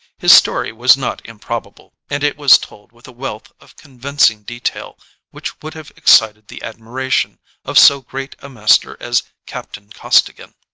his story was not improb able and it was told with a wealth of convincing detail which would have excited the admiration of so great a master as captain costigan.